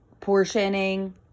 portioning